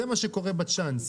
זה מה שקורה בצ'אנס,